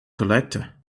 collector